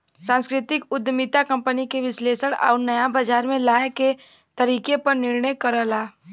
सांस्कृतिक उद्यमिता कंपनी के विश्लेषण आउर नया बाजार में जाये क तरीके पर निर्णय करला